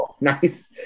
Nice